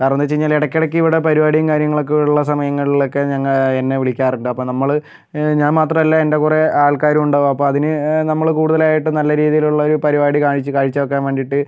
കാരണമെന്ന് വച്ച് കഴിഞ്ഞാൽ ഇടയ്ക്കിടയ്ക്ക് ഇവിടെ പരിപാടിയും കാര്യങ്ങളൊക്കെ ഉള്ള സമയങ്ങളിലൊക്കെ ഞങ്ങൾ എന്നെ വിളിക്കാറുണ്ട് അപ്പം നമ്മള് ഞാൻ മാത്രമല്ല എൻ്റെ കൂടെ ആൾക്കാരും ഉണ്ടാവും അപ്പം അതിന് നമ്മൾ കൂടുതലായിട്ടും നല്ല രീതിയിലുള്ള ഒരു പരിപാടി കാഴ് കാഴ്ച്ച വെക്കാൻ വേണ്ടിയിട്ട്